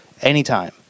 anytime